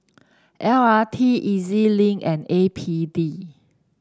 L R T E Z Link and A P D